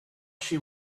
she